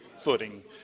footing